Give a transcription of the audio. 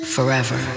Forever